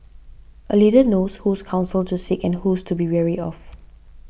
a leader knows whose counsel to seek and whose to be wary of